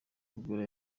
kugura